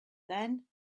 then